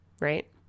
right